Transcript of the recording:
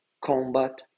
combat